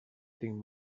tinc